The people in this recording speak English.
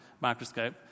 microscope